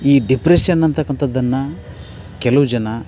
ಈ ಡಿಪ್ರೆಶನ್ ಅಂತಕ್ಕಂತದ್ದನ್ನು ಕೆಲವು ಜನ